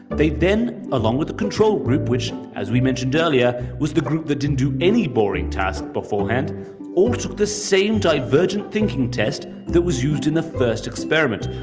they then, along with the control group which, as we mentioned earlier, was the group that didn't do any boring task beforehand all took the same divergent thinking test that was used in the first experiment,